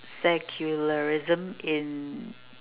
secularism in